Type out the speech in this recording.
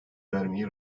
vermeyi